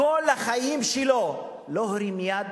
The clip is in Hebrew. בכל החיים שלו לא הרים יד